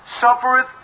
Suffereth